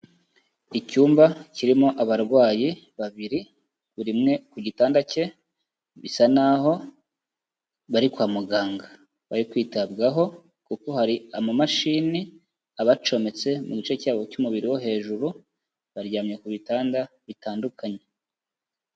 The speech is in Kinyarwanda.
Icyumba kirimo abarwayi babiri buri umwe ku gitanda cye bisa n'aho bari kwa muganga, bari kwitabwaho kuko hari amamashini abacometse mu gice cyabo cy'umubiri wo hejuru baryamye ku bitanda bitandukanye.